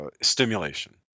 stimulation